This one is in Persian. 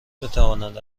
بتواند